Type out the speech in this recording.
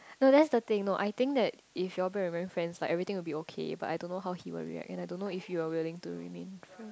no that's the thing no I think that if you all back in being friends like everything will be okay but I don't know how he will react and I don't know if he willing to remain friend